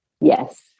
Yes